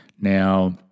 Now